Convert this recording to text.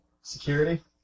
Security